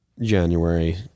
January